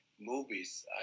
movies